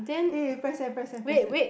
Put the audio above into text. eh press eh press eh press eh